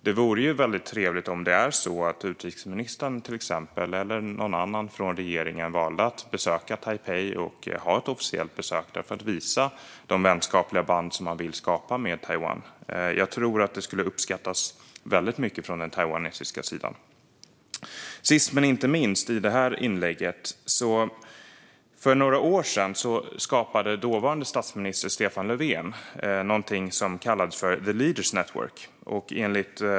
Det vore trevligt om utrikesministern eller någon annan från regeringen valde att besöka Taipei, att göra ett officiellt besök där för att visa att man vill skapa vänskapliga band med Taiwan. Jag tror att det skulle uppskattas väldigt mycket från den taiwanesiska sidan. Sist men inte minst i det här inlägget: För några år sedan skapade dåvarande statsminister Stefan Löfven något som kallades the Leaders' Network.